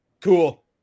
Cool